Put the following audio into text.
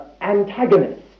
antagonist